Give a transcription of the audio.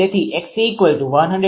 તેથી 𝑋𝐶102